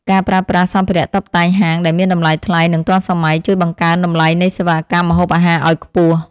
ការប្រើប្រាស់សម្ភារៈតុបតែងហាងដែលមានតម្លៃថ្លៃនិងទាន់សម័យ ជួយបង្កើនតម្លៃនៃសេវាកម្មម្ហូបអាហារឱ្យខ្ពស់។